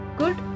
good